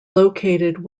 located